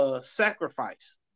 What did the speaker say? sacrifice